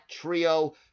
trio